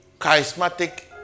charismatic